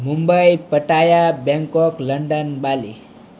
Mumbai Pattaya Bangkok London Bali